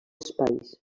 espais